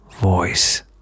voice